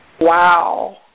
Wow